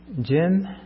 Jim